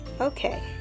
Okay